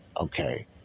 Okay